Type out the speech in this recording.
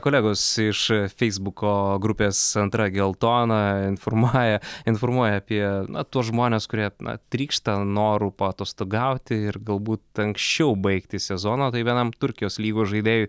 kolegos iš feisbuko grupes antra geltona informuoja informuoja apie tuos žmones kurie trykšta noru paatostogauti ir galbūt anksčiau baigti sezoną vienam turkijos lygos žaidėjui